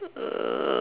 uh